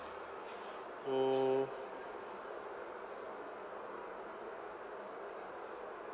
mm